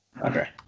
okay